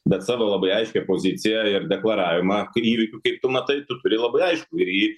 bet savo labai aiškią poziciją ir deklaravimą kai įvykių kaip tu matai tu turi labai aiškų ir jį